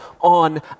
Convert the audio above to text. on